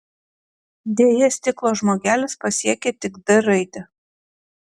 deja stiklo žmogelis pasiekė tik d raidę